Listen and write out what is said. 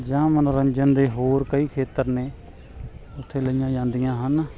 ਜਾ ਮਨੋਰੰਜਨ ਦੇ ਹੋਰ ਕਈ ਖੇਤਰ ਨੇ ਉੱਥੇ ਲਈਆਂ ਜਾਂਦੀਆਂ ਹਨ